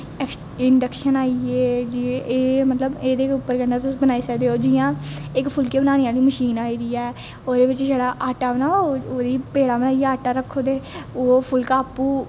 induction आई गे एह् मतलब एहदे उप्पर तुस बनाई सकदे ओ जियां इक फुल्के बनाने आहली मशीन आई दी ऐ ओहदे बिच छड़ा आटा दा पेड़ा बनाई आटा रक्खो ते ओह् फुल्का आपू